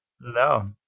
No